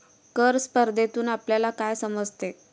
कर स्पर्धेतून आपल्याला काय समजते?